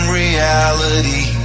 reality